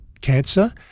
cancer